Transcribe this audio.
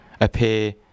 appear